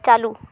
ᱪᱟᱞᱩ